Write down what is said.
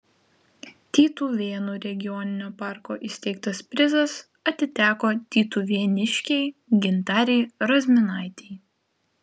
tytuvėnų regioninio parko įsteigtas prizas atiteko tytuvėniškei gintarei razminaitei